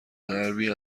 غربی